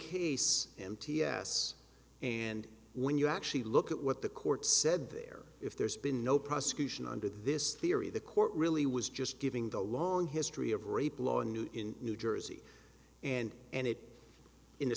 case and ts and when you actually look at what the court said there if there's been no prosecution under this theory the court really was just giving the long history of rape laws in new jersey and and it in a